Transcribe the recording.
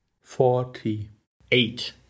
forty-eight